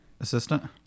assistant